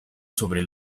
sobre